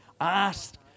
asked